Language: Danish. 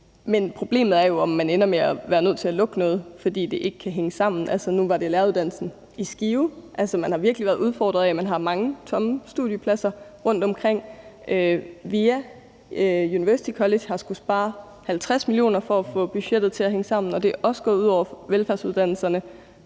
Problemet er jo, om man ender med at være nødt til at lukke noget, fordi det ikke kan hænge sammen. Altså, nu var det læreruddannelsen i Skive. Man har virkelig været udfordret af, at man har mange tomme studiepladser rundtomkring. VIA University College har skullet spare 50 mio. kr. for at få budgettet til at hænge sammen, og det er også gået ud over velfærdsuddannelserne.